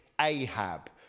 Ahab